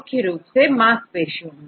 मुख्य रूप से मांसपेशियों में